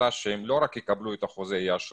ת"ש שלא רק יקבלו את החוזה ויאשרו